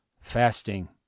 fasting